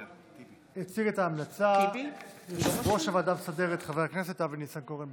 יציג את ההמלצה יושב-ראש הוועדה המסדרת חבר הכנסת אבי ניסנקורן,